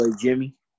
Jimmy